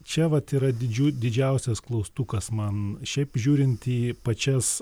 čia vat yra didžių didžiausias klaustukas man šiaip žiūrint į pačias